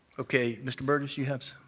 okay. mr. burgess, you have